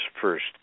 first